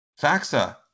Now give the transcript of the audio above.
Faxa